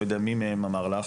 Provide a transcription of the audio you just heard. אני לא יודע מי מהם אמר לך